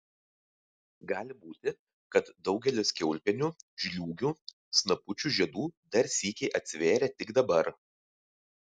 gali būti kad daugelis kiaulpienių žliūgių snapučių žiedų dar sykį atsivėrė tik dabar